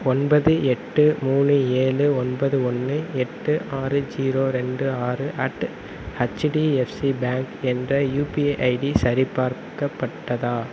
ஒன்பது எட்டு மூணு ஏழு ஒன்பது ஒன்று எட்டு ஆறு ஜீரோ ரெண்டு ஆறு அட் ஹச்டிஎஃப்சி பேங்க் என்ற யூபிஐ ஐடி சரிபார்க்கப்பட்டதா